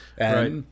Right